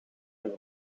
een